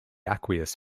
aqueous